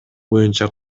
боюнча